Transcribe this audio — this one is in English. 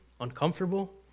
uncomfortable